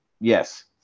Yes